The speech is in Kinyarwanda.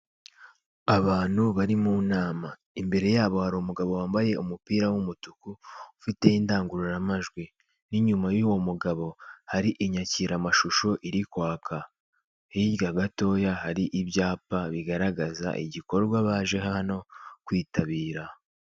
Abantu bari mu nama imbere yabo hari umugabo wambaye umupira w'umutuku ufite indangururamajwi, n'inyuma y'uwo mugabo hari inyakiramashusho iri kwaka, hirya gatoya hari ibyapa bigaragaza igikorwa baje hano kwitabira.